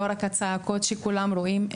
לא רק את הצעקות שכולם שומעים,